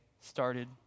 started